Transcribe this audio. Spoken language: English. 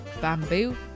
Bamboo